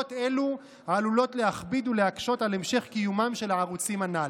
חובות אלו עלולות להכביד ולהקשות על המשך קיומם של הערוצים הנ"ל.